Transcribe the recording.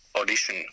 audition